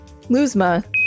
Luzma